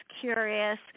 curious